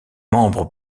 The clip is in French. membre